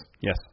Yes